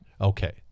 Okay